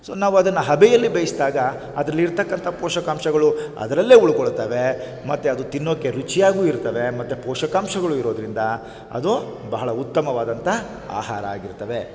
so ನಾವು ಅದನ್ನು ಹಬೆಯಲ್ಲಿ ಬೇಯಿಸಿದಾಗ ಅದರಲ್ಲಿರ್ತಕ್ಕಂಥ ಪೋಷಕಾಂಶಗಳು ಅದರಲ್ಲೇ ಉಳ್ಕೊಳ್ತಾವೆ ಮತ್ತು ಅದು ತಿನ್ನೋಕೆ ರುಚಿಯಾಗೂ ಇರ್ತವೆ ಮತ್ತು ಪೋಷಕಾಂಶಗಳು ಇರೋದರಿದ ಅದು ಬಹಳ ಉತ್ತಮವಾದಂಥ ಆಹಾರ ಆಗಿರ್ತವೆ